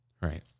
Right